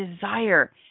desire